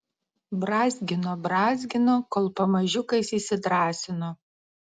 brązgino brązgino kol pamažiukais įsidrąsino